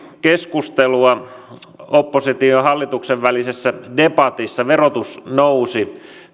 keskustelua opposition ja hallituksen välisessä debatissa verotus nousi